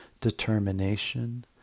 determination